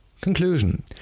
Conclusion